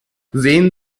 sehen